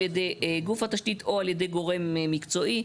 ידי גוף התשתית או על ידי גורם מקצועי,